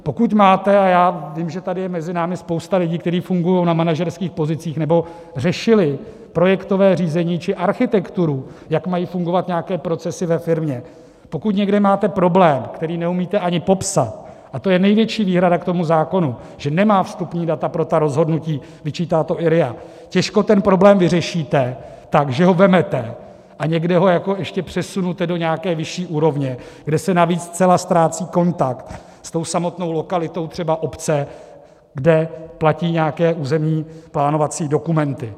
Pokud máte a já vím, že tady je mezi námi spousta lidí, kteří fungují na manažerských pozicích nebo řešili projektové řízení či architekturu, jak mají fungovat nějaké procesy ve firmě problém, který neumíte ani popsat a to je největší výhrada k tomu zákonu, že nemá vstupní data pro ta rozhodnutí, vyčítá to i RIA těžko ten problém vyřešíte tak, že ho vezmete a někde ho jako ještě přesunete do nějaké vyšší úrovně, kde se navíc zcela ztrácí kontakt s tou samotnou lokalitou, třeba obce, kde platí nějaké územní plánovací dokumenty.